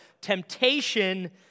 temptation